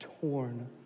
Torn